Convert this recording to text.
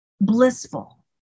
blissful